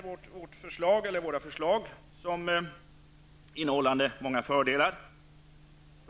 Vi anser att våra förslag innehåller många fördelar.